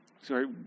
Sorry